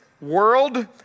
world